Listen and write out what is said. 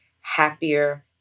happier